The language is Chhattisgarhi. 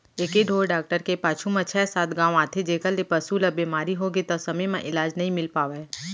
एके ढोर डॉक्टर के पाछू म छै सात गॉंव आथे जेकर ले पसु ल बेमारी होगे त समे म इलाज नइ मिल पावय